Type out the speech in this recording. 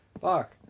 Fuck